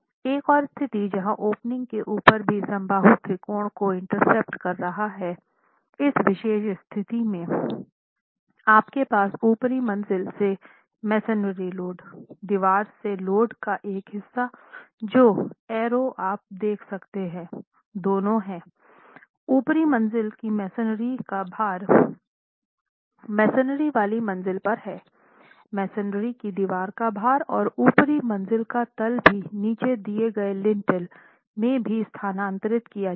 एक और स्थिति जहां ओपनिंग के ऊपर भी समबाहु त्रिकोण को इंटरसेप्ट कर रहा है इस विशेष स्थिति में आपके पास ऊपरी मंज़िल से मेसनरी लोड दीवार से लोड का एक हिस्सा जो एरो आप देख सकते हैं दोनों हैं ऊपरी मंज़िल की मेसनरी का भार मेसनरी वाली मंज़िल पर हैमेसनरी की दीवार का भार और ऊपरी मंज़िल का तल भी नीचे दिए गए लिंटेल में भी स्थानांतरित किया जाएगा